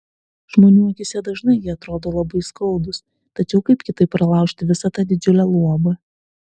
žmonių akyse dažnai jie atrodo labai skaudūs tačiau kaip kitaip pralaužti visa tą didžiulę luobą